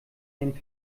den